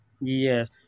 yes